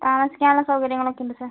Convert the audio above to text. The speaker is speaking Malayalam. താമസിക്കാനുള്ള സൗകര്യങ്ങളൊക്കെയുണ്ട് സാർ